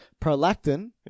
Prolactin